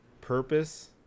purpose